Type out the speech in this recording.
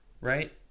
right